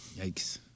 Yikes